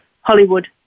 Hollywood